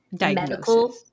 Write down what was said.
medical-